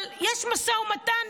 אבל יש משא ומתן